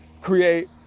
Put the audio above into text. create